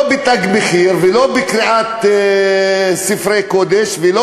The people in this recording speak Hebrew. לא ב"תג מחיר" ולא בקריעת ספרי קודש ולא